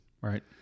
Right